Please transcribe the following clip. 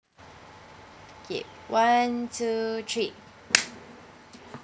okay one two three